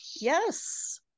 yes